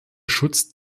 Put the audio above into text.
schutz